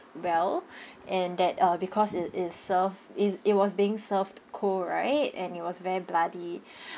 well and that uh because it is served is it was being served cold right and it was very bloody